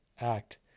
act